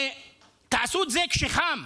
תעשו את זה כשחם,